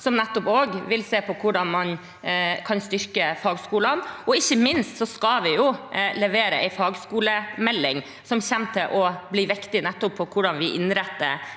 som nettopp vil se på hvordan man kan styrke fagskolene. Ikke minst skal vi levere en fagskolemelding, og den kommer til å bli viktig for hvordan vi innretter